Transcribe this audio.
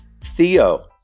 Theo